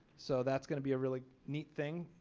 so that's going to be a really neat thing.